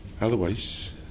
Otherwise